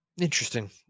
Interesting